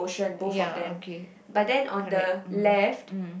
ya okay correct mm mm